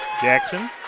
Jackson